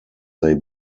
they